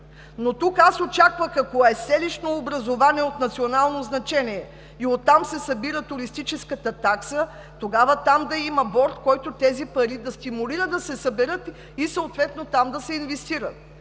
но тук аз очаквах, ако е селищно образувание от национално значение и оттам се събира туристическата такса, тогава да има борд, който да стимулира тези пари да се съберат и съответно там да се инвестират.